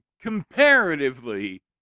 comparatively